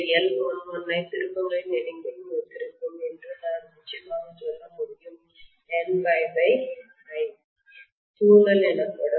இந்த L11 ஐ திருப்பங்களின் எண்ணிக்கையுடன் ஒத்திருக்கும் என்று நான் நிச்சயமாக சொல்ல முடியும் N∅I தூண்டல் எனப்படும்